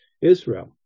Israel